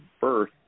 birth